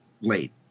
late